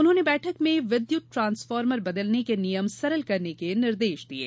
उन्होंने बैठक में विद्युत ट्रांसफार्मर बदलने के नियम सरल करने के निर्देश दिये